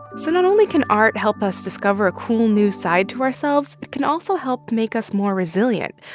so not only can art help us discover a cool new side to ourselves, it can also help make us more resilient,